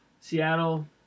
Seattle